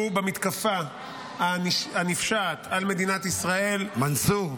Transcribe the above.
במתקפה הנפשעת על מדינת ישראל -- מנסור,